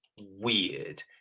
weird